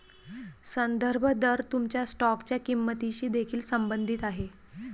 संदर्भ दर तुमच्या स्टॉकच्या किंमतीशी देखील संबंधित आहे